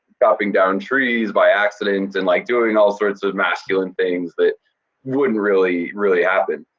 chopping down trees, by accident, and like doing all sorts of masculine things that wouldn't really, really happen.